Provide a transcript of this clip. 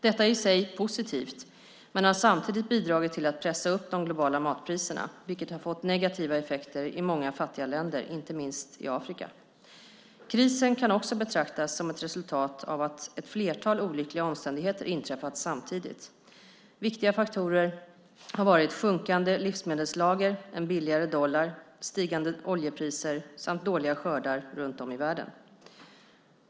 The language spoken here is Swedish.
Detta är i sig positivt men har samtidigt bidragit till att pressa upp de globala matpriserna, vilket fått negativa effekter i många fattiga länder, inte minst i Afrika. Krisen kan också betraktas som ett resultat av att ett flertal olyckliga omständigheter inträffat samtidigt. Viktiga faktorer har varit sjunkande livsmedelslager, en billigare dollar, stigande oljepriser samt dåliga skördar runt om i världen.